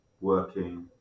working